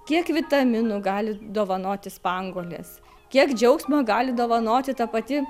kiek vitaminų gali dovanoti spanguolės kiek džiaugsmą gali dovanoti ta pati